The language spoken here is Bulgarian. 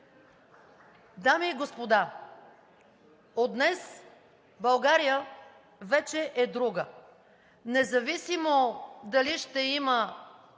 Дами и господа, от днес България вече е друга. Независимо дали ще има